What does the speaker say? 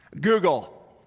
Google